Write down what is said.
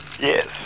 Yes